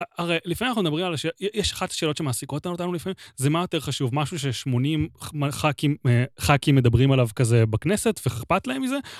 הרי לפעמים אנחנו מדברים על השאלות, יש אחת השאלות שמעסיקות אותנו לפעמים, זה מה יותר חשוב, משהו ש-80 ח"כים מדברים עליו כזה בכנסת, ואכפת להם איזה?